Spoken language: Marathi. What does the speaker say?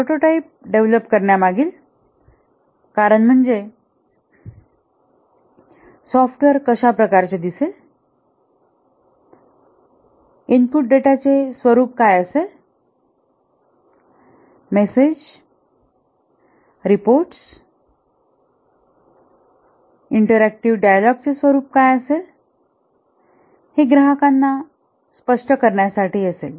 प्रोटोटाइप डेव्हलप करण्या मागील कारण म्हणजे सॉफ्टवेअर कशा प्रकारचे दिसेल इनपुट डेटाचे स्वरूप कसे असेल मेसेज रिपोर्ट परस्पर संवादांचे स्वरूप काय असेल हे ग्राहकांना स्पष्ट करण्यासाठी असेल